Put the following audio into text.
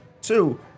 Two